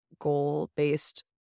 goal-based